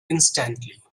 instantly